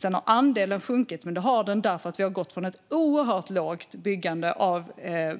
Andelen har visserligen sjunkit, men det har den därför att vi har gått från ett oerhört lågt byggande av